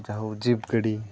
ᱡᱤᱵᱽᱼᱜᱟᱹᱰᱤ